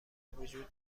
وجود